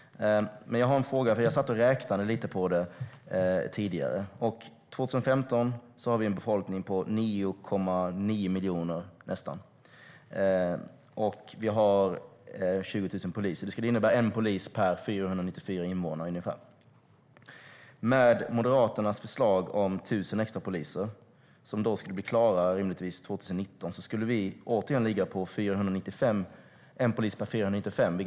Jag har en fråga. Jag satt nämligen och räknade lite på det tidigare. År 2015 har vi en befolkning på nästan 9,9 miljoner, och vi har 20 000 poliser. Det innebär att vi har en polis per 494 invånare. Med Moderaternas förslag om 1 000 extra poliser som rimligtvis skulle bli klara 2019 skulle vi återigen ligga på en polis per 495 invånare.